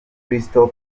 crystal